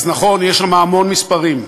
אז נכון, יש שם המון מספרים,